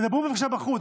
תדברו בבקשה בחוץ,